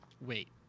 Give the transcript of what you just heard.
wait